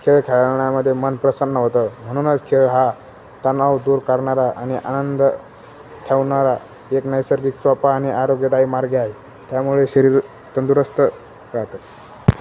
खेळ खेळण्यामध्ये मन प्रसन्न होतं म्हणूनच खेळ हा तणाव दूर करणारा आणि आनंद ठेवणारा एक नैसर्गिक सोपा आणि आरोग्यदायी मार्गे आ आहे त्यामुळे शरीर तंदुरुस्त राहतं